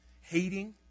Hating